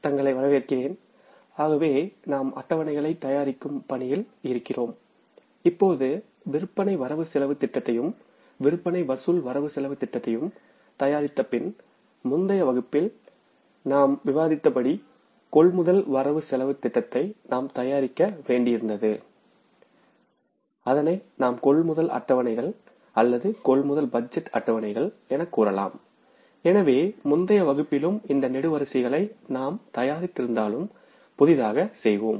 தங்களை வரவேற்கிறேன் ஆகவே நாம் அட்டவணைகளைத் தயாரிக்கும் பணியில் இருக்கிறோம் இப்போது விற்பனை வரவு செலவுத் திட்டத்தையும் விற்பனை வசூல் வரவு செலவுத் திட்டத்தையும் தயாரித்தபின் முந்தைய வகுப்பில் நாம் விவாதித்தபடி கொள்முதல் வரவு செலவுத் திட்டத்தை நாம் தயாரிக்க வேண்டியிருந்தது அதனை நாம் கொள்முதல் அட்டவணைகள் அல்லது கொள்முதல் பட்ஜெட் அட்டவணைகள் எனவும் கூறலாம் எனவே முந்தைய வகுப்பிலும் இந்த நெடுவரிசைகளை நாம் தயாரித்திருந்தாலும் புதிதாக செய்வோம்